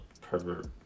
pervert